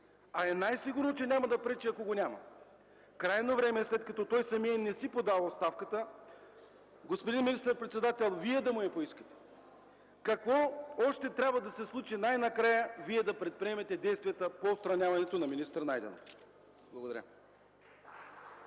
А е най-сигурно, че няма да пречи, ако го няма. Крайно време е, след като той самият не си подава оставката, господин министър-председател, Вие да му я поискате! Какво още трябва да се случи най-накрая Вие да предприемете действията по отстраняването на министър Найденов? Благодаря.